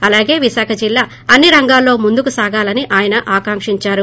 అలాగే విశాఖ జిల్లా అన్ని రంగాల్లో ముందుకు సాగాలని ఆయన ఆకాంకించారు